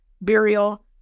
burial